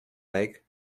lake